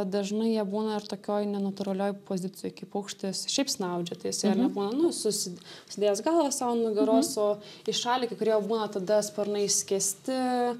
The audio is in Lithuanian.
dažnai jie būna ir tokioj nenatūralioj pozicijoj kai paukštis šiaip snaudžia tai jisai ane būna nu susi užsidėjęs galvą sau ant nugaros o įšalę kai kurie jau būna tada sparnai išskėsti